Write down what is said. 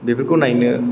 बेफोरखौ नायनो